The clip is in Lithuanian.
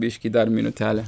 biškį dar minutėlę